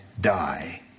die